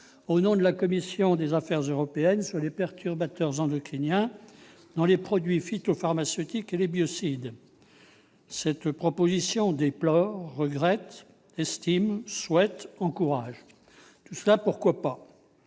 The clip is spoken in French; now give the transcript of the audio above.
au nom de la commission des affaires européennes, sur les perturbateurs endocriniens dans les produits phytopharmaceutiques et les biocides, laquelle déplore, regrette, estime souhaite, encourage. Il s'agit, dans un cas